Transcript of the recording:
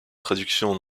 traductions